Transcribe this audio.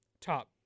top